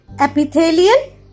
epithelial